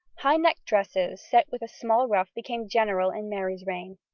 high-necked dresses set with a small ruff became general in mary's reign.